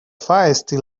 feisty